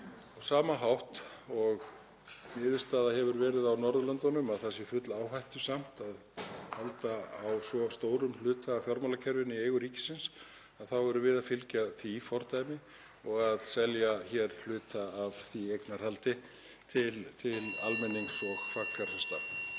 forseti, og niðurstaða hefur verið á Norðurlöndunum um að það sé full áhættusamt að halda svo stórum hluta af fjármálakerfinu í eigu ríkisins þá erum við að fylgja því fordæmi og selja hér hluta af því eignarhaldi til almennings og fagfjárfesta.